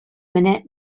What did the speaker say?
менә